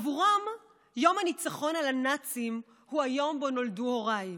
עבורם יום הניצחון על הנאצים הוא היום שבו נולדו הוריי.